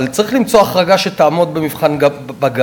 אבל צריך למצוא החרגה שתעמוד גם במבחן בג"ץ.